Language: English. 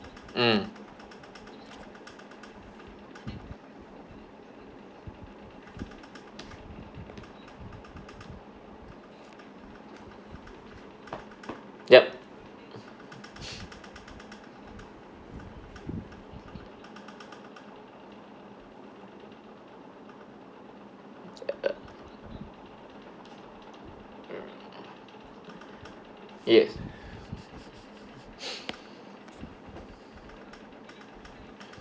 mm yup yes